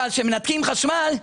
אבל כשמנתקים חשמל,